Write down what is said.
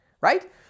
right